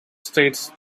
states